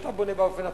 שאתה בונה באופן עצמאי,